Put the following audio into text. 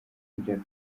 ibyapa